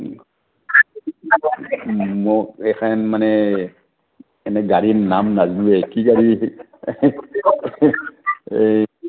মোক এখান মানে গাড়ী